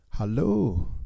Hello